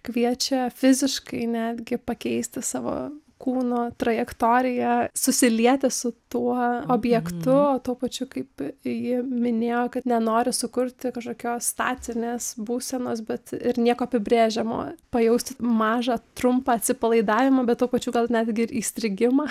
kviečia fiziškai netgi pakeisti savo kūno trajektoriją susilieti su tuo objektu o tuo pačiu kaip ji minėjo kad nenori sukurti kažkokios statinės būsenos bet ir nieko apibrėžiamo pajausti mažą trumpą atsipalaidavimą bet tuo pačiu gal netgi įstrigimą